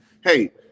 Hey